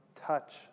touch